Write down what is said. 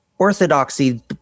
orthodoxy